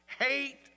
Hate